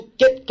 get